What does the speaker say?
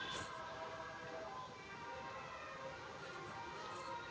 कीट नाशक रो प्रयोग से जिव जन्तु पर असर पड़ै छै